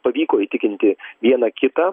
pavyko įtikinti vieną kitą